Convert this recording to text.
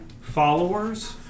followers